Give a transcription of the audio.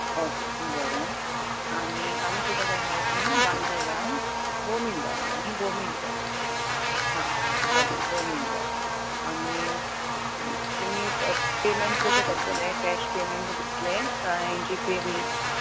okay बरें आनी आनी कितें जाय म्हळें तुमी बांगडे जाय बोंबील जाय म्हळे नी बोंबील जाय हां बरें बोंबील जाय आनी तुमी पॅयमेंट कशें करतले कॅश पॅयमेंट दितले कांय जिपे बी